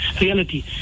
reality